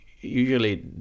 usually